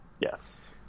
Yes